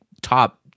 top